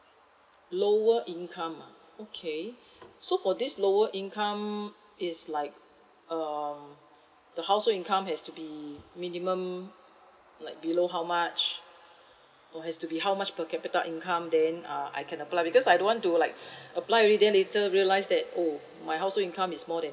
lower income ah okay so for this lower income is like um the household income has to be minimum like below how much or has to be how much per capita income then uh I can apply because I don't want to like apply already then later realised that oh my household income is more than